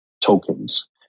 tokens